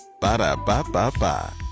Ba-da-ba-ba-ba